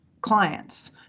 clients